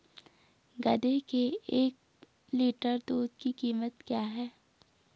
गधे के एक लीटर दूध की कीमत क्या है?